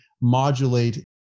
modulate